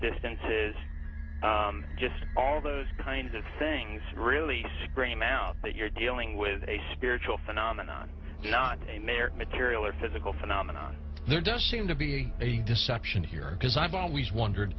distances just all those kinds of things really scream out that you're dealing with a spiritual phenomenon not a marriage material or physical phenomenon there does seem to be a deception here because i've always wondered